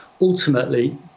ultimately